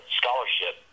scholarship